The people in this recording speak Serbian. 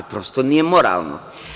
Prosto, nije moralno.